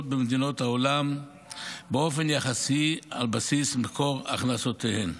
במדינות העולם באופן יחסי על בסיס מקור הכנסותיהן.